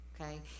Okay